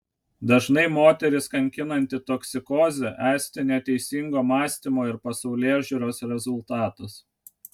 dažnai moteris kankinanti toksikozė esti neteisingo mąstymo ir pasaulėžiūros rezultatas